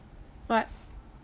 what